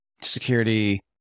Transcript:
security